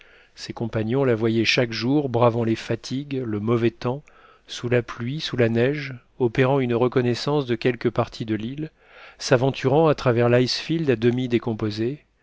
ses compagnons la voyaient chaque jour bravant les fatigues le mauvais temps sous la pluie sous la neige opérant une reconnaissance de quelque partie de l'île s'aventurant à travers l'icefield à demi décomposé